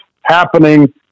happening